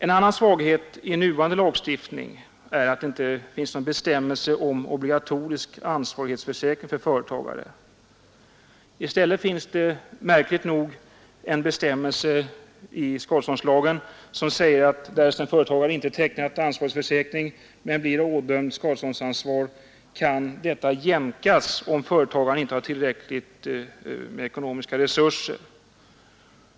En annan svaghet i nuvarande lagstiftning är att det inte finns någon bestämmelse om obligatorisk ansvarighetsförsäkring för företagare. I stället finns det märkligt nog en bestämmelse i skadeståndslagen som säger att därest en företagare inte tecknat ansvarighetsförsäkring men blir ådömd skadeståndsansvar, kan detsamma jämkas om företagaren inte har tillräckliga ekonomiska resurser.